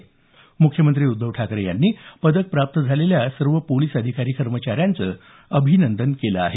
म्ख्यमंत्री उद्धव ठाकरे यांनी पदक प्राप्त झालेल्या सर्व पोलिस अधिकारी कर्मचाऱ्यांचं अभिनंदन केलं आहे